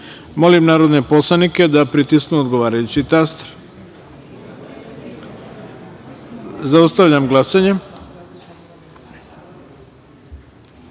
narodne poslanike da pritisnu odgovarajući taster. Zaustavljam glasanje. Ukupno